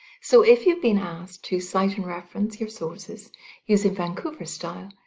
so if you've been asked to cite and reference your sources using vancouver style,